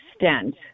extent